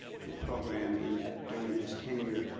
to a program in that, during his tenure,